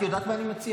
את יודעת מה אני מציע?